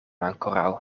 ankoraŭ